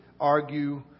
argue